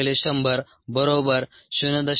1100 0